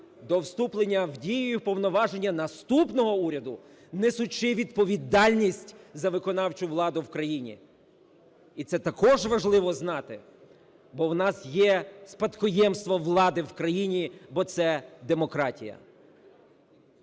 до вступлення в дію і в повноваження наступного уряду, несучи відповідальність за виконавчу владу в країні. І це також важливо знати, бо в нас є спадкоємство влади в країні, бо це - демократія.